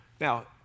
Now